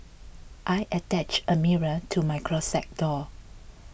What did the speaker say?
I attached a mirror to my closet door